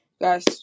Guys